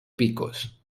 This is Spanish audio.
picos